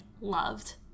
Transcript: loved